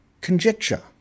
conjecture